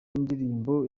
indirimbo